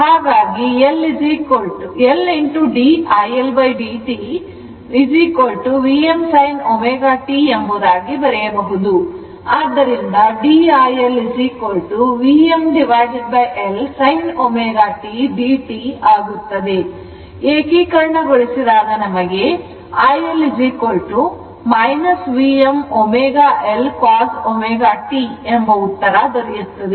ಹಾಗಾಗಿ L d iLdt Vm sin ω t ಎಂಬುದಾಗಿ ಬರೆಯಬಹುದು ಆದ್ದರಿಂದ d iLVmL sin ω t dt ಆಗುತ್ತದೆ ಏಕೀಕರಣ ಗೊಳಿಸಿದಾಗ ನಮಗೆ iL Vm ω L cos ω t ಎಂಬ ಉತ್ತರ ದೊರೆಯುತ್ತದೆ